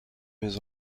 mes